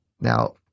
Now